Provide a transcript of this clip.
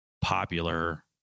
popular